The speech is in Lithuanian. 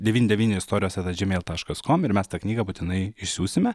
devyni devyni istorijos eta džimeil taškas kom ir mes tą knygą būtinai išsiųsime